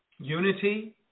Unity